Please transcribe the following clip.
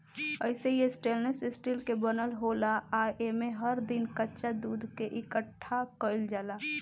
अइसे इ stainless steel के बनल होला आ एमे हर दिन कच्चा दूध के इकठ्ठा कईल जाला